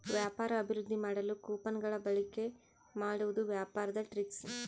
ವ್ಯಾಪಾರ ಅಭಿವೃದ್ದಿ ಮಾಡಲು ಕೊಪನ್ ಗಳ ಬಳಿಕೆ ಮಾಡುವುದು ವ್ಯಾಪಾರದ ಟ್ರಿಕ್ಸ್